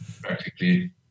practically